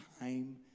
time